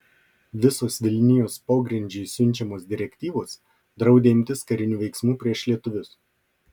visos vilnijos pogrindžiui siunčiamos direktyvos draudė imtis karinių veiksmų prieš lietuvius